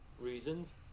reasons